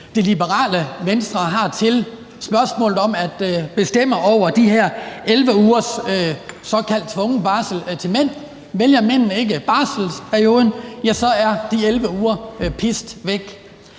det liberale Venstre har til spørgsmålet om at bestemme over de her 11 ugers såkaldt tvungen barsel til mænd. Vælger mændene ikke barselsperioden, er de 11 uger pist væk.